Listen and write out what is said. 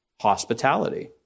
hospitality